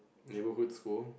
neighborhood school